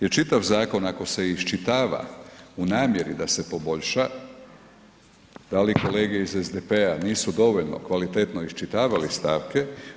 Jer čitav zakon ako se iščitava u namjeri da se poboljša, da li kolege iz SDP-a nisu dovoljno kvalitetno iščitavali stavke?